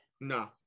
No